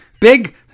Big